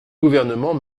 gouvernement